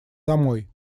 домой